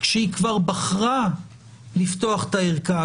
שכבר בחרה לפתוח את הערכה.